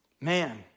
Man